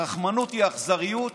הרחמנות היא אכזריות,